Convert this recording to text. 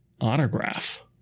autograph